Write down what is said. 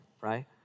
right